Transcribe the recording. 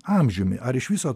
amžiumi ar iš viso